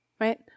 right